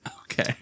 Okay